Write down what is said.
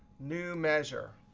new measure.